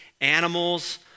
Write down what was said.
animals